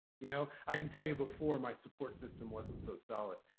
you know, i can tell you before my support system wasn't so solid.